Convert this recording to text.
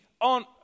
on